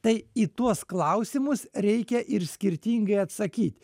tai į tuos klausimus reikia ir skirtingai atsakyt